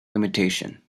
limitation